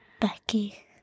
Becky